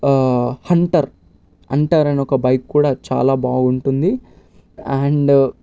Hunter Hunter అని ఒక bike కూడా చాలా బాగుంటుంది అండ్